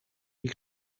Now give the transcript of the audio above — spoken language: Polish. ich